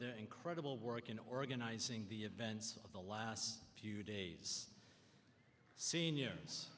the incredible work in organizing the events of the last few days seniors